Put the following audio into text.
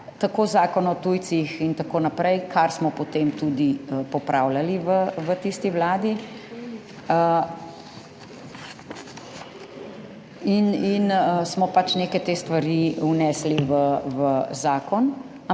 Zakona o tujcih in tako naprej, kar smo potem tudi popravljali v tisti vladi, in smo pač neke te stvari vnesli v zakon. Ampak